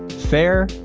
fair,